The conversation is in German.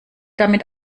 damit